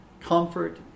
comfort